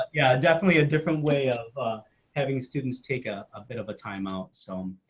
yeah definitely a different way of having students take ah a bit of a timeout. so,